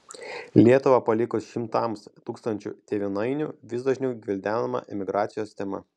lietuvą palikus šimtams tūkstančių tėvynainių vis dažniau gvildenama emigracijos tema